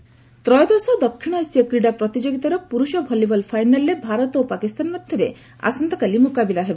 volleyball ତ୍ରୟୋଦଶ ଦକ୍ଷିଣ ଏସୀୟ କ୍ରୀଡା ପ୍ରତିଯୋଗିତାର ପୁରୁଷ ଭଲିବଲ ଫାଇନାଲରେ ଭାରତ ଓ ପାକିସ୍ତାନ ମଧ୍ୟରେ ଆସନ୍ତାକାଲି ମୁକାବିଲା ହେବ